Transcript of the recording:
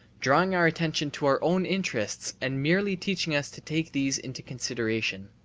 drawing our attention to our own interests and merely teaching us to take these into consideration.